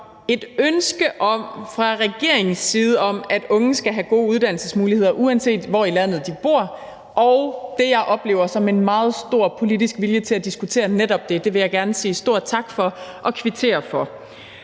et ønske fra regeringens side om, at unge skal have gode uddannelsesmuligheder, uanset hvor i landet de bor, og det, som jeg oplever som en meget stor politisk vilje til at diskutere netop det, vil jeg gerne sige stor tak for og kvittere for.